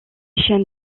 chaînes